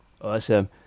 Awesome